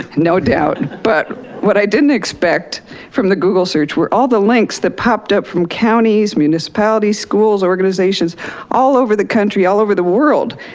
no doubt. but i what i didn't expect from the google search were all the links that popped up from counties, municipality schools, organizations all over the country all over the world.